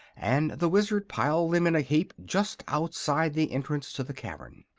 and the wizard piled them in a heap just outside the entrance to the cavern.